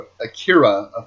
Akira